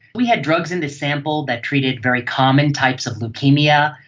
we had drugs in this sample that treated very common types of leukaemia,